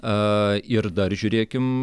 aaa ir dar žiūrėkim